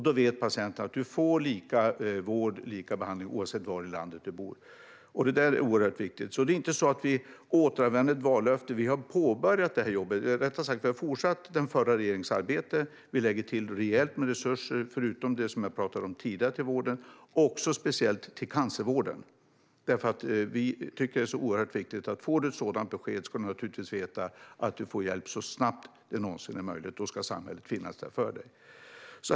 Då vet patienterna att man får lika vård och lika behandling oavsett var i landet man bor. Det är oerhört viktigt. Det är alltså inte så att vi återanvänder ett vallöfte. Vi har fortsatt den förra regeringens arbete och lägger till rejält med resurser, förutom det som jag talat om tidigare, till vården - också speciellt till cancervården, för vi tycker att det är oerhört viktigt att om du får ett sådant besked ska du naturligtvis veta att du får hjälp så snabbt som det någonsin är möjligt. Då ska samhället finnas där för dig.